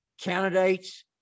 candidates